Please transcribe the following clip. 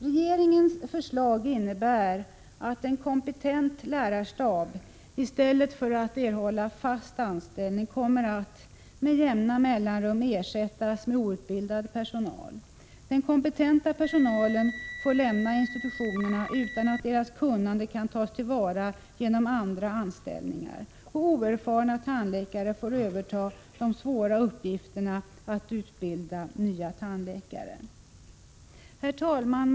Regeringens förslag innebär att en kompetent lärarstab, i stället för att erhålla fast anställning, med jämna mellanrum kommer att ersättas med outbildad personal. Den kompetenta personalen får lämna institutionerna utan att deras kunnande tas till vara genom andra anstäliningar. Oerfarna tandläkare får överta de svåra uppgifterna att utbilda nya tandläkare. Herr talman!